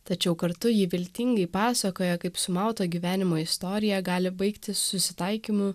tačiau kartu ji viltingai pasakoja kaip sumauto gyvenimo istorija gali baigtis susitaikymu